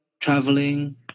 traveling